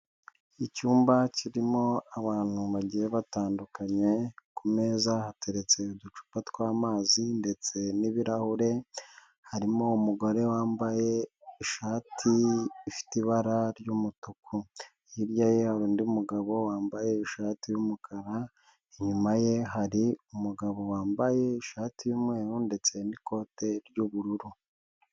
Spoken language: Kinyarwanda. Icyumba kirimo abantu bagiye batandukanye, ku meza hateretse uducupa tw'amazi ndetse n'ibirahure, harimo umugore wambaye ishati ifite ibara ry'umutuku. Hirya ye hari undi mugabo wambaye ishati y'umukara, inyuma ye hari umugabo wambaye ishati y'umweru ndetse n'ikote ry'ubururu.